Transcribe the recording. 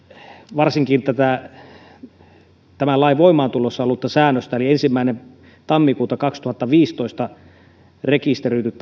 varsinkin tämän lain voimaantulossa ollutta säännöstä eli ensimmäinen tammikuuta kaksituhattaviisitoista rekisteröidyn